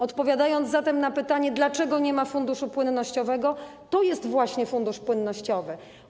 Odpowiadając zatem na pytanie, dlaczego nie ma funduszu płynnościowego - to jest właśnie fundusz płynnościowy.